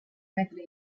metre